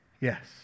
yes